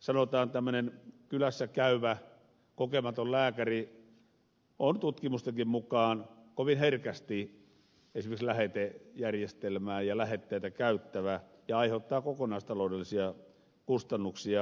sanotaan tämmöinen kylässä käyvä kokematon lääkäri on tutkimustenkin mukaan kovin herkästi esimerkiksi lähetejärjestelmää ja lähetteitä käyttävä aiheuttaa kokonaistaloudellisia kustannuksia